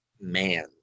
man